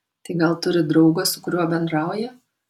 tai gal turi draugą su kuriuo bendrauja